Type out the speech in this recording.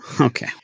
Okay